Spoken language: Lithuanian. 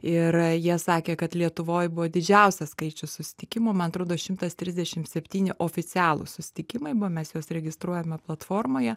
ir jie sakė kad lietuvoj buvo didžiausias skaičius susitikimo man atrodo šimtas trisdešimt septyni oficialūs susitikimai buvo mes juos registruojame platformoje